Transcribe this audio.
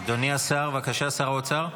אדוני השר, בבקשה, שר האוצר.